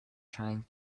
trying